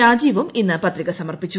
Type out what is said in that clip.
രാജീവും ഇന്ന് പത്രിക സമർപ്പിച്ചു